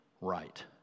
right